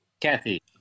Kathy